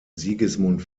sigismund